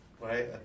Right